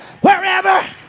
wherever